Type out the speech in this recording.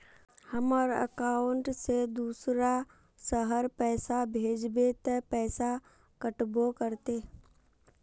हमर अकाउंट से दूसरा शहर पैसा भेजबे ते पैसा कटबो करते?